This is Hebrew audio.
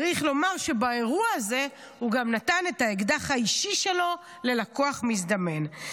צריך לומר שבאירוע הזה הוא גם נתן את האקדח האישי שלו ללקוח מזדמן.